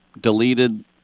deleted